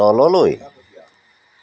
তললৈ